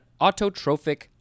autotrophic